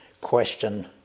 question